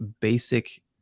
basic